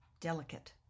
delicate